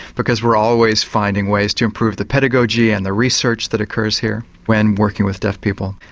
because we're always finding ways to improve the pedagogy and the research that occurs here when working with deaf people.